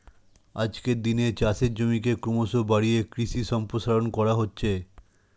আজকের দিনে চাষের জমিকে ক্রমশ বাড়িয়ে কৃষি সম্প্রসারণ করা হচ্ছে